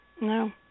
No